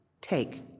take